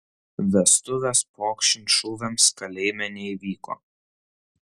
vestuvės pokšint šūviams kalėjime neįvyko